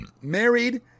married